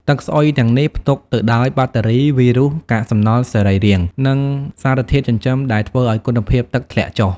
ទឹកស្អុយទាំងនេះផ្ទុកទៅដោយបាក់តេរី វីរុស កាកសំណល់សរីរាង្គ និងសារធាតុចិញ្ចឹមដែលធ្វើឱ្យគុណភាពទឹកធ្លាក់ចុះ។